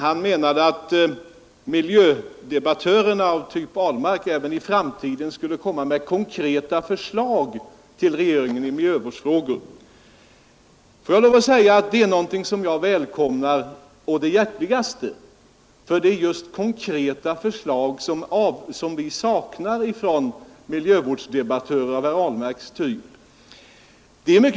Han menade att miljödebattörerna av typ Ahlmark även i framtiden skulle komma med konkreta förslag till regeringen i miljövårdsfrågor. Får jag lov att säga att det är någonting som jag välkomnar å det hjärtligaste. Det är just konkreta förslag från miljövårdsdebattörer av herr Ahlmarks typ som vi saknar.